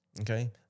Okay